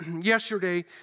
Yesterday